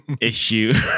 issue